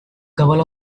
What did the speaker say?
couple